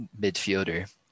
midfielder